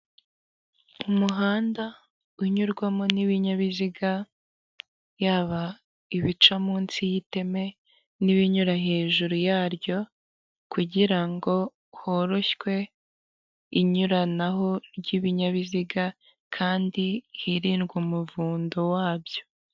Umuhanda unyurwamo n'ibinyabiziga yaba ibica munsi y' iteme n'ibinyura hejuru yaryo kugira horoshywe inyuranaho ryibinyabiziga kandi hirindwe umuvundo wabyo.